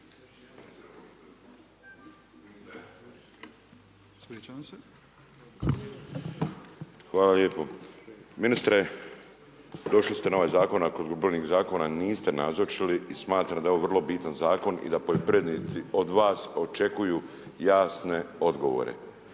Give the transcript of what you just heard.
Hvala lijepo. Ministre, došli ste na ovaj Zakon .../Govornik se ne razumije./... niste nazočili i smatram da je ovo vrlo bitan Zakon i da poljoprivrednici od vas očekuju jasne odgovore.